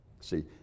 See